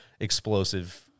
explosive